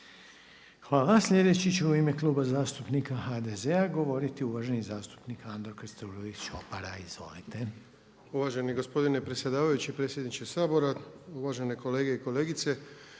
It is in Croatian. Hvala. Sljedeći će u ime Kluba zastupnika HDZ-a govoriti uvaženi zastupnik Andro Krstulović Opara. Izvolite. **Krstulović Opara, Andro (HDZ)** Uvaženi gospodine predsjedavajući, predsjedniče Sabora, uvažene kolegice i kolege.